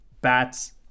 bats